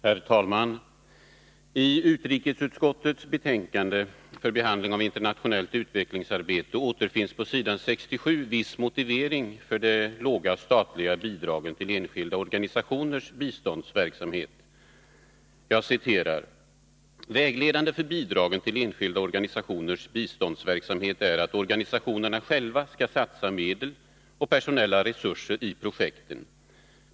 Herr talman! I utrikesutskottets betänkande om internationellt utvecklingsarbete återfinns på s. 67 viss motivering för de låga statliga bidragen till enskilda organisationers biståndsverksamhet: ”Vägledande för bidragen till enskilda organisationers biståndsverksamhet är att organisationerna själva skall satsa medel och personella resurser i projekten.